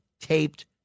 taped